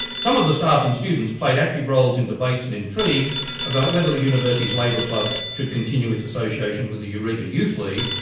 some of the staff and students played active roles in debates and intrigues about whether the university's labor club should continue its association with the eureka youth league,